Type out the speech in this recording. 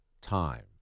time